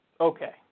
Okay